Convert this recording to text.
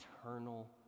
eternal